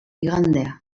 igandea